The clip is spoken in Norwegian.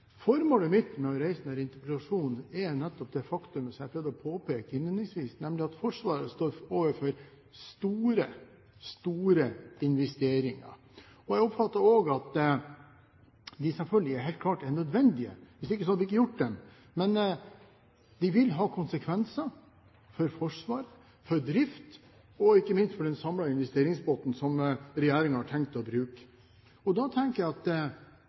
Formålet mitt med å reise denne interpellasjonen er nettopp det faktum som jeg har prøvd å påpeke innledningsvis, nemlig at Forsvaret står overfor store, store investeringer. Jeg oppfatter også at de selvfølgelig helt klart er nødvendige – hvis ikke hadde vi ikke gjort dem. Men de vil ha konsekvenser for forsvar, for drift og ikke minst for den samlede investeringspotten som regjeringen har tenkt å bruke. Da tenker jeg at det